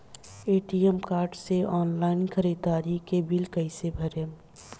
ATM card से online ख़रीदारी के बिल कईसे भरेम?